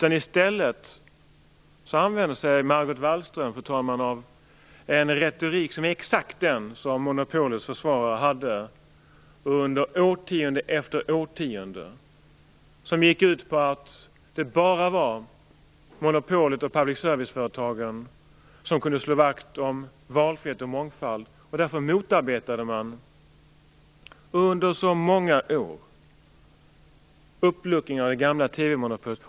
I stället använder sig Margot Wallström av en retorik som är exakt den som monopolets försvarare hade årtionde efter årtionde. Den gick ut på att det bara var monopolet och public service-företagen som kunde slå vakt om valfrihet och mångfald. Därför motarbetade man under så många år uppluckringen av det gamla TV monopolet.